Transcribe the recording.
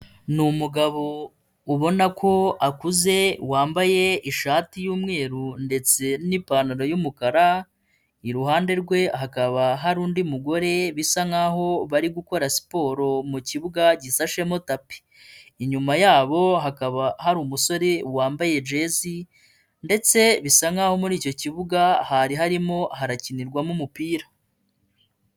Ni umugabo ubona ko akuze wambaye ishati y'umweru ndetse n'ipantaro y'umukara, iruhande rwe hakaba hari undi mugore bisa nk'aho bari gukora siporo mu kibuga gisamo tapi, inyuma yabo hakaba hari umusore wambaye jezi ndetse bisa nk'aho muri icyo kibuga hari harimo harakinirwamo umupira.